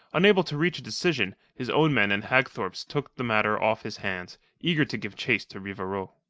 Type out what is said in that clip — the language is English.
unable to reach a decision, his own men and hagthorpe's took the matter off his hands, eager to give chase to rivarol.